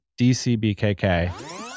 DCBKK